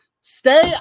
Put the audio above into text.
Stay